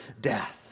death